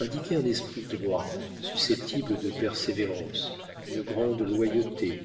indiquaient un esprit droit susceptible de persévérance une grande loyauté